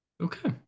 Okay